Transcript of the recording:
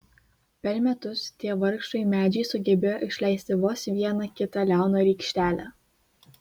per metus tie vargšai medžiai sugebėjo išleisti vos vieną kitą liauną rykštelę